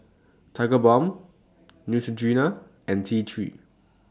Tigerbalm Neutrogena and T three